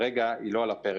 כרגע היא לא על הפרק.